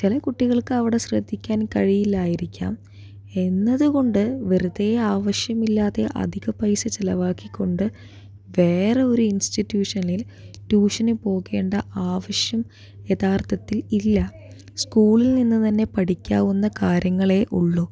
ചില കുട്ടികൾക്ക് അവിടെ ശ്രദ്ധിക്കാൻ കഴിയില്ലായിരിക്കാം എന്നത് കൊണ്ട് വെറുതെ ആവശ്യമില്ലാതെ അധിക പൈസ ചിലവാക്കി കൊണ്ട് വേറെ ഒരു ഇൻസ്റ്റിട്യൂഷനിൽ ട്യൂഷന് പോകേണ്ട ആവശ്യം യഥാർഥത്തിൽ ഇല്ല സ്കൂളിൽ നിന്ന് തന്നെ പഠിക്കാവുന്ന കാര്യങ്ങളെ ഉള്ളു